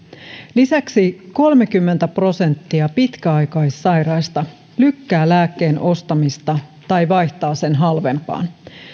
lisäksi kolmekymmentä prosenttia pitkäaikaissairaista lykkää lääkkeen ostamista tai vaihtaa sen halvempaan